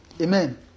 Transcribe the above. Amen